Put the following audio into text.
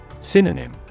Synonym